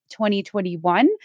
2021